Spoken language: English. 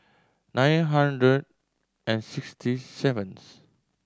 nine hundred and sixty seventh